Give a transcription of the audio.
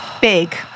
big